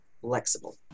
flexible